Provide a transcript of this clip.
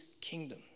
kingdom